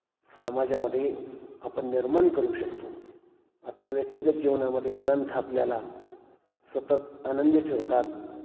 समाजामध्ये आपण निर्माण करू शकतो आपल्या व्यक्तिगत जीवनामध्ये ग्रंथ आपल्याला सतत आनंदी ठेवतात